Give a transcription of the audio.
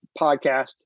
podcast